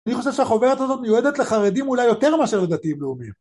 אני חושב שהחוברת הזאת מיועדת לחרדים אולי יותר מאשר לדתיים לאומיים